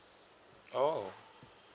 oh